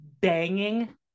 banging